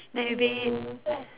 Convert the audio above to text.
maybe